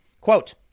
Quote